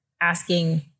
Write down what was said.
asking